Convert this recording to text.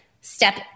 step